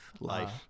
life